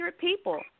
people